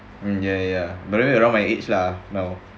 ya ya but then you know my age lah no